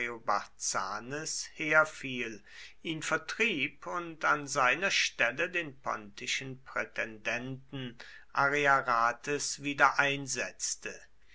herfiel ihn vertrieb und an seiner stelle den pontischen prätendenten ariarathes wiedereinsetzte